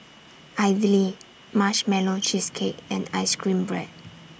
Idly Marshmallow Cheesecake and Ice Cream Bread